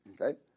okay